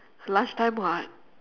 lunch time [what]